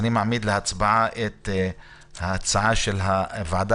אני מעמיד להצבעה את ההצעה של הוועדה,